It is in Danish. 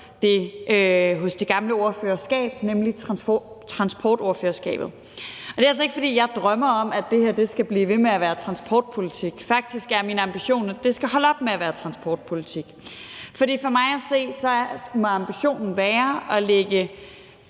det gamle ordførerskab, nemlig transportordførerskabet. Og det er altså ikke, fordi jeg drømmer om, at det her skal blive ved med at være transportpolitik; faktisk er min ambition, at det skal holde op med at være transportpolitik. For mig at se må ambitionen være at lægge